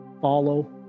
follow